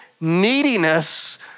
neediness